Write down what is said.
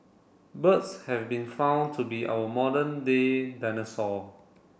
birds have been found to be our modern day dinosaur